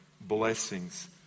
blessings